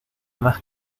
más